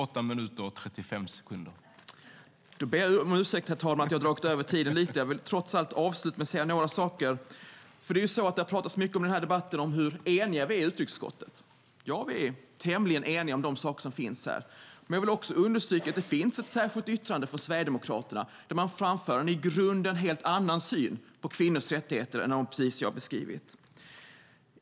Då ber jag om ursäkt, herr talman, att jag har dragit över tiden lite, men jag vill trots allt avsluta med att säga några saker. Det har pratats mycket i den här debatten om hur eniga vi är i utrikesutskottet. Ja, vi är tämligen eniga om de saker som finns här. Men jag vill också understryka att det finns ett särskilt yttrande från Sverigedemokraterna, där man framför en i grunden helt annan syn på kvinnors rättigheter än dem jag precis har beskrivit.